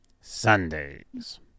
Sundays